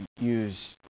use